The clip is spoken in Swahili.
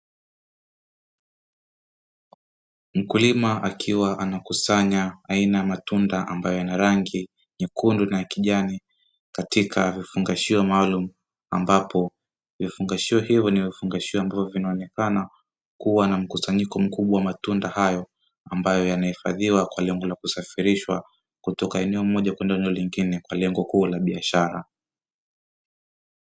Mkulima akiwa anakusanya aina ya matunda ambayo yana rangi nyekundu na kijani katika vifungashio maalumu ambapo vifungashio hivyo ni vifungashio, ambavyo vinaonekana kuwa na mkusanyiko mkubwa wa matunda hayo ambayo yanahifadhiwa kwa lengo la kusafirishwa kutoka eneo moja kwenda eneo lingine kwa lengo kuu la biashara.